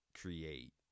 create